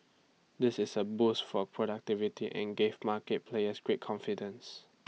this is A boost for productivity and give market players greater confidence